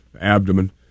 abdomen